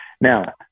Now